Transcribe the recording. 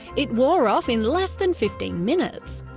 it wore off in less than fifteen minutes.